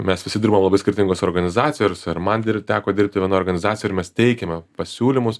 mes visi dirbom labai skirtingose organizacijose ir man ir teko dirbti vienoj organizacijoj ir mes teikėme pasiūlymus